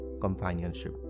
companionship